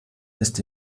ist